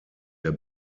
der